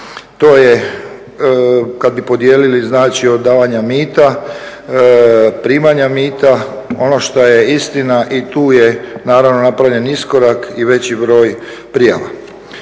to je kad bi podijelili znači od davanja mita, primanja mita ono što je istina i tu je naravno napravljen iskorak i veći broj prijava.